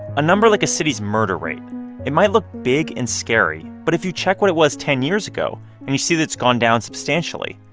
a number like a city's murder rate it might look big and scary, but if you check what it was ten years ago and you see that it's gone down substantially,